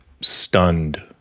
stunned